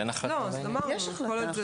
יש החלטה.